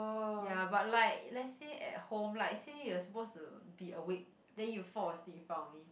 ya but like let's say at home like say you are supposed to be awake then you fall asleep in front of me